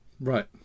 Right